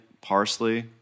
parsley